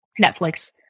Netflix